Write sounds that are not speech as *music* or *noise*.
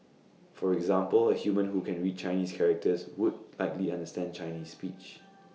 for example A human who can read Chinese characters would likely understand Chinese speech *noise*